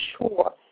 sure